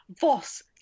Voss